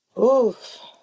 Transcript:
Oof